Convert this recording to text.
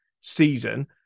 season